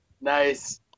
nice